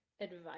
advice